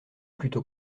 plutôt